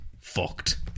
fucked